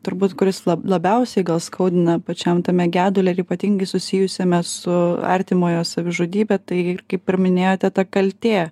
turbūt kuris labiausiai gal skaudina pačiam tame gedule ir ypatingai susijusiame su artimojo savižudybe tai ir kaip ir minėjote ta kaltė